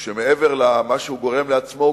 מעבר למה שהוא גורם לעצמו,